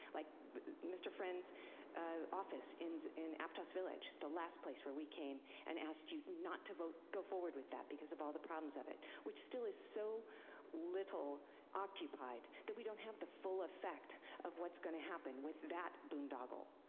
like mr. friend's office in in aptos village, the last place where we came and asked you not to go forward with that because of all the problems of it. which still is so little occupied, that we don't have the full effect of what's gonna happen with that boondoggle.